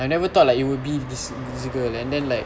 I never thought like it would be with this girl and then like